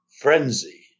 frenzy